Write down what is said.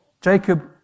Jacob